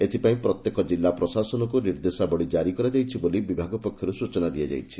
ଏଥପାଇଁ ପ୍ରତ୍ୟେକ ଜିଲ୍ଲା ପ୍ରଶାସନକୁ ନିର୍ଦ୍ଦେଶାବଳି ଜାରି କରାଯାଇଛି ବୋଲି ବିଭାଗ ପକ୍ଷର୍ଠ ସ୍ଚନା ମିଳିଛି